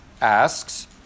asks